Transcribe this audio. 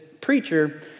preacher